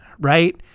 right